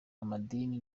amadini